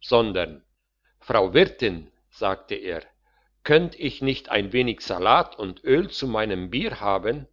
sondern frau wirtin sagte er könnt ich nicht ein wenig salat und öl zu meinem bier haben